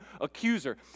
accuser